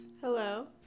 hello